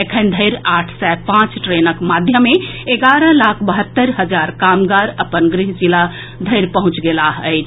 एखन धरि आठ सय पांच ट्रेनक माध्यमे एगारह लाख बहत्तरि हजार कामगार अपन गृह जिला धरि पहुंचि गेलाह अछि